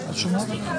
צריכה